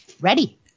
Ready